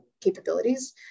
capabilities